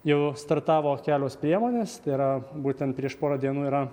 jau startavo kelios priemonės tai yra būtent prieš porą dienų yra